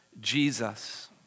Jesus